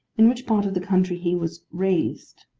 in which part of the country he was raised.